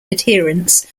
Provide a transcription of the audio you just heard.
adherents